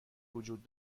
وجود